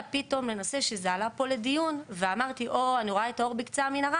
ופתאום כשזה עלה פה לדיון ואמרתי לעצמי שאני רואה את האור בקצה המנהרה,